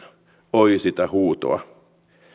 oi sitä huutoa